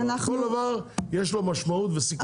כל דבר יש לו משמעות וסיכונים.